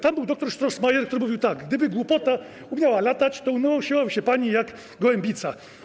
Tam był doktor Strosmajer, który mówił: Gdyby głupota umiała latać, to unosiłaby się pani jak gołębica.